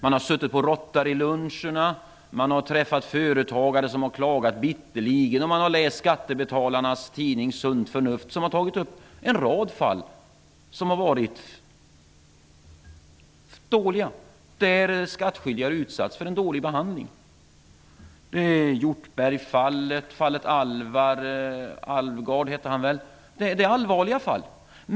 Man har suttit på Rotaryluncher, man har träffat företagare som har klagat bitterligen, och man har läst Skattebetalarnas förenings tidning Sunt förnuft, som har tagit upp en rad fall där skattskyldiga har utsatts för en dålig behandling. Det är fallet Hjortberg och fallet Alvgard, som är allvarliga fall.